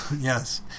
yes